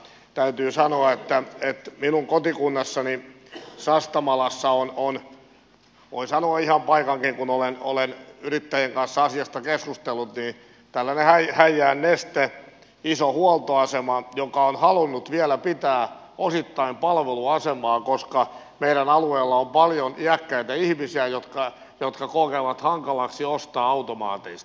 täytyy sanoa että minun kotikunnassani sastamalassa on voin sanoa ihan paikankin kun olen yrittäjien kanssa asiasta keskustellut tällainen häijään neste iso huoltoasema joka on halunnut vielä pitää osittain palveluasemaa koska meidän alueella on paljon iäkkäitä ihmisiä jotka kokevat hankalaksi ostaa automaateista